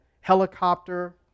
helicopter